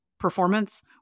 performance